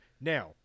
now